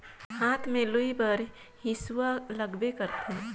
हाथ में लूए बर हेसुवा लगबे करथे